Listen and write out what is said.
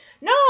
no